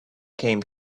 came